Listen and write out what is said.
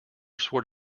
sort